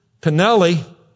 Pinelli